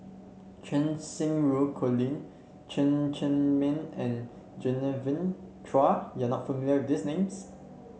Cheng Xinru Colin Chen Cheng Mei and Genevieve Chua you are not familiar with these names